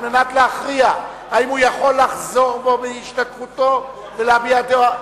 על מנת להכריע האם הוא יכול לחזור בו מאי-השתתפותו ולהביע דעה.